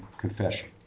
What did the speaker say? confession